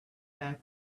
have